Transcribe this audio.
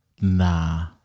Nah